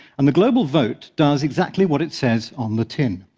and the global vote does exactly what it says on the tin.